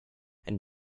and